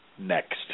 next